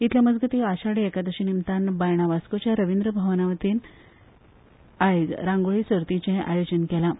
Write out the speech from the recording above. इतले मजगतीं आषाढी एकादशी निमतान बायणा वास्कोच्या रवींद्र भवना वतीन रांगोळी सर्तीचें आयोजन केलां